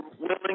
willing